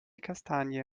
kastanie